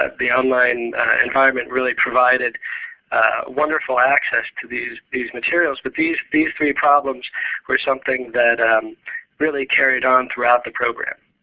ah the online environment really provided wonderful access to these these materials. but these these three problems were something that um really carried on throughout the program.